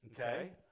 Okay